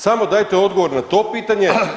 Samo dajte odgovor na to pitanje.